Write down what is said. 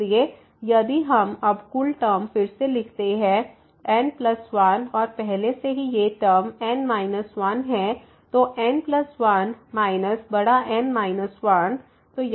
इसलिए यदि हम अब कुल टर्म फिर से लिख सकते हैं n1 और पहले से ही ये टर्म n 1 हैं तो n1